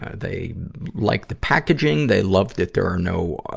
ah they like the packaging, they love that there are no,